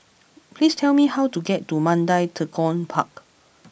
please tell me how to get to Mandai Tekong Park